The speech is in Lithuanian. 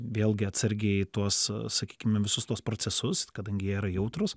vėlgi atsargiai tuos sakykime visus tuos procesus kadangi jie yra jautrūs